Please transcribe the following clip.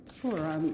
Sure